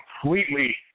completely